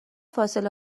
فاصله